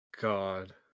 God